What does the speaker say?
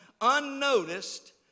unnoticed